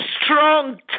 strong